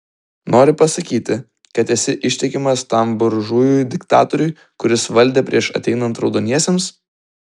nori pasakyti kad esi ištikimas tam buržujui diktatoriui kuris valdė prieš ateinant raudoniesiems